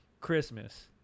Christmas